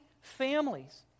families